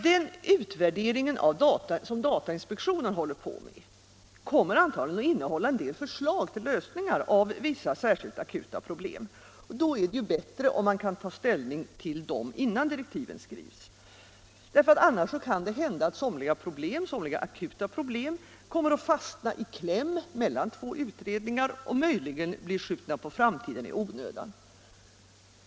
Den utvärdering som datainspektionen håller på med kommer nämligen antagligen att innehålla en del förslag till lösningar av vissa särskilt akuta problem, och då är det bättre om man kan ta ställning till dessa innan direktiven skrivs. Annars kan somliga akuta problem komma att fastna i kläm mellan två utredningar och möjligen bli skjutna på framtiden i onödan.